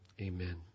amen